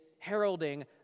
heralding